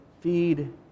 feed